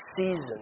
season